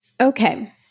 Okay